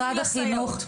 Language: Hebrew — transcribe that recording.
חוץ מלסייעות.